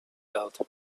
held